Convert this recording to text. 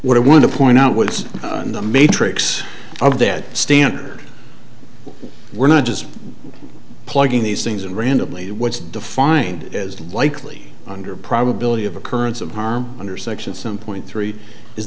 what i want to point out what's in the matrix of that standard we're not just plugging these things in randomly what's defined as likely under a probability of occurrence of harm under section some point three is